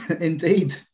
Indeed